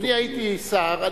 אני הייתי שר,